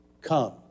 Come